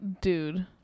dude